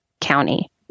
county